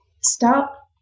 stop